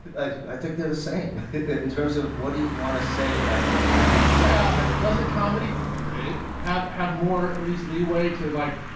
i think they're the same in terms of what do you want to say about your character? yeah. but doesn't comedy, dave, have have more at least leeway to, like,